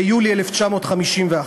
ביולי 1951,